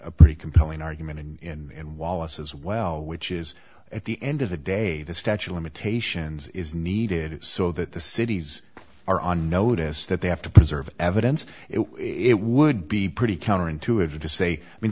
a pretty compelling argument in wallace as well which is at the end of the day the statue of limitations is needed so that the cities are on notice that they have to preserve evidence it would be pretty counterintuitive to say i mean